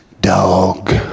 dog